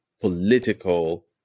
political